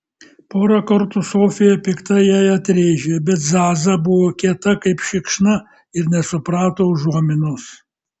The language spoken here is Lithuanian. porą kartų sofija piktai jai atrėžė bet zaza buvo kieta kaip šikšna ir nesuprato užuominos